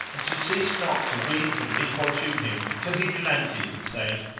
and she ceased not to weep and importune him till he relented and said,